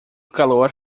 calor